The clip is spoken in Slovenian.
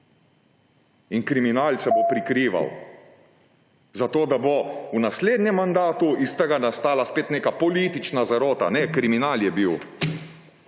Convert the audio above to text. in kriminal se bo prikrival zato, da bo v naslednjem mandatu iz tega nastala spet politična zarota. Ne, kriminal je bil.